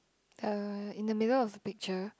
uh in the middle of the picture